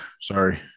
sorry